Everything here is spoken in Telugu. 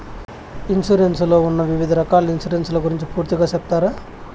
ఇన్సూరెన్సు లో ఉన్న వివిధ రకాల ఇన్సూరెన్సు ల గురించి పూర్తిగా సెప్తారా?